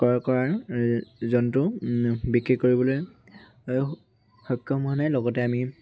ক্ৰয় কৰাৰ জন্তু বিক্ৰী কৰিবলৈ সক্ষম হোৱা নাই লগতে আমি